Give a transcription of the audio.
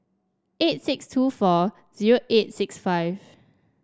eight six two four zero eight six five